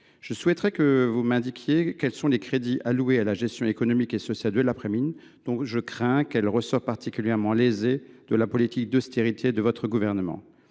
je souhaite que vous m’indiquiez quels sont les crédits alloués à la gestion économique et sociale de l’après mines, dont je crains qu’elle ne ressorte particulièrement lésée de la politique d’austérité de votre gouvernement.